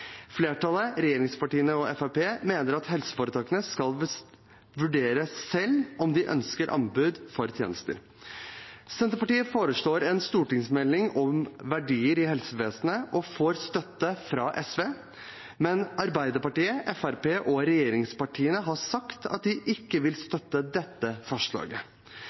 Flertallet – regjeringspartiene og Fremskrittspartiet – mener at helseforetakene selv skal vurdere om de ønsker anbud for tjenester. Senterpartiet foreslår en stortingsmelding om verdier i helsevesenet og får støtte fra SV, men Arbeiderpartiet, Fremskrittspartiet og regjeringspartiene har sagt at de ikke vil støtte dette forslaget.